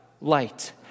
light